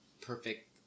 perfect